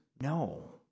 No